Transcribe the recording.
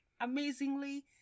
amazingly